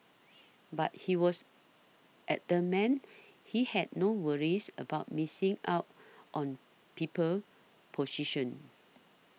but he was adamant he had no worries about missing out on people position